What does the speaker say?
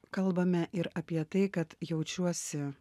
kalbame ir apie tai kad jaučiuosi